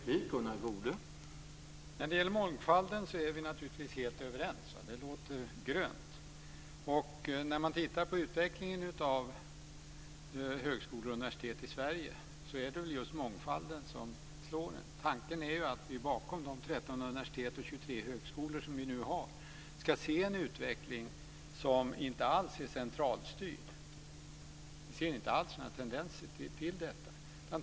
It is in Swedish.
Herr talman! När det gäller mångfalden är vi helt överens. Det låter grönt. När man tittar på utvecklingen av universitet och högskolor i Sverige är det just mångfalden som slår en. Tanken är att vi bakom de 13 universitet och 23 högskolor som vi nu har ska se en utveckling som inte alls är centralstyrd. Vi ser inte alls några tendenser till det.